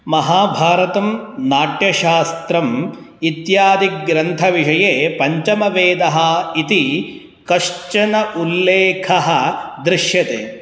महाभारतं नाट्यशास्त्रम् इत्यादिग्रन्थविषये पञ्चमवेदः इति कश्चनः उल्लेखः दृश्यते